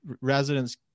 residents